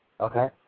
okay